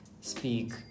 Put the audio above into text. speak